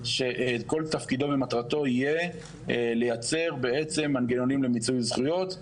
שכל תפקידו ומטרתו יהיה לייצר בעצם מנגנונים למיצוי זכויות.